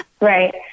Right